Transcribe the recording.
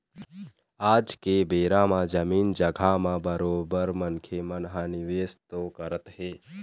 आज के बेरा म जमीन जघा म बरोबर मनखे मन ह निवेश तो करत हें